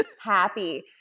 happy